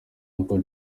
uncle